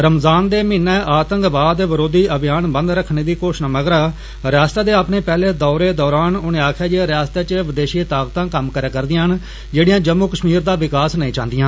रमज़ान दे महीने आतंकवाद विरोधी अभियान बंद रखने दी घोषणा मगरा रियासता दे अपने पैहले दौरे दरान उनें आक्खेआ जे रियासता च विदेशी ताकतां कम्म करै करदियां न जेड़ियां जम्मू कश्मीर दा विकास नेई चाहंदियां